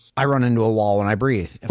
i run into a wall when i breathe.